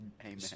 amen